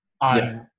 on